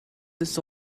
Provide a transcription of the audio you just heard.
this